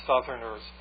Southerners